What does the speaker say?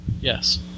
Yes